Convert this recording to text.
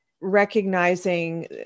recognizing